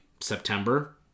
September